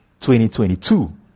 2022